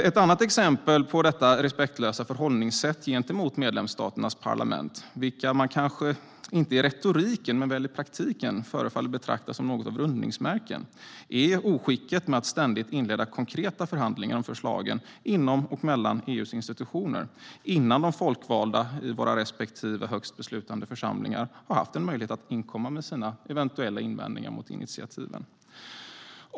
Ett annat exempel på detta respektlösa förhållningssätt gentemot medlemsstaternas parlament, vilka man kanske inte i retoriken men väl i praktiken förefaller betrakta som något av rundningsmärken, är oskicket med att ständigt inleda konkreta förhandlingar om förslagen inom och mellan EU:s institutioner innan de folkvalda i våra respektive högsta beslutande församlingar har haft en möjlighet att inkomma med sina eventuella invändningar mot initiativen.